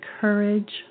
courage